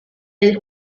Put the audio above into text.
del